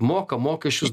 moka mokesčius